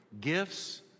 Gifts